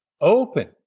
open